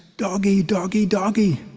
doggie, doggie, doggie.